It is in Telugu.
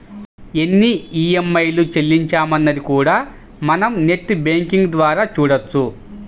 ఎన్ని ఈఎంఐలు చెల్లించామన్నది కూడా మనం నెట్ బ్యేంకింగ్ ద్వారా చూడొచ్చు